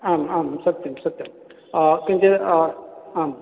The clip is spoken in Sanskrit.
आम् आं सत्यं सत्यं किञ्चित् आम्